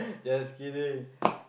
just kidding